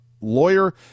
lawyer